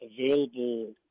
available